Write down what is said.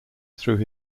through